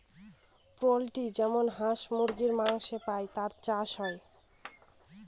poultry যেমন হাঁস মুরগীর মাংস পাই তার চাষ হয়